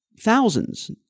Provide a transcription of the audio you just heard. thousands